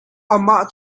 amah